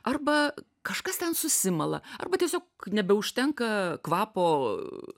arba kažkas ten susimala arba tiesiog nebeužtenka kvapo